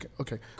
okay